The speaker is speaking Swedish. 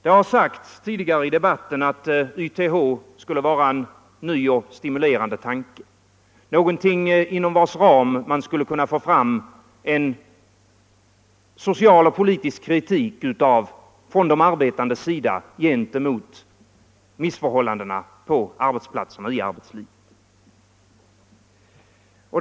Det har sagts tidigare i debatten att YTH skulle vara en ny och stimulerande tanke, någonting inom vars ram man skulle kunna få fram en social och politisk kritik från de arbetandes sida gentemot missförhållandena på arbetsplatsen och i arbetslivet.